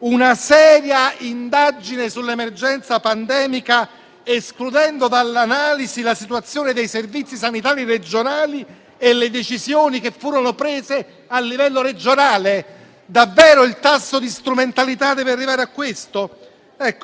una seria indagine sull'emergenza pandemica escludendo dall'analisi la situazione dei Servizi sanitari regionali e le decisioni che furono prese a livello regionale? Davvero il tasso di strumentalità deve arrivare a questo?